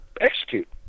execute